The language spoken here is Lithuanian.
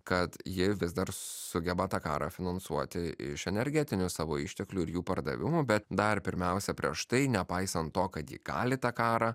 kad ji vis dar sugeba tą karą finansuoti iš energetinių savo išteklių ir jų pardavimų bet dar pirmiausia prieš tai nepaisant to kad ji gali tą karą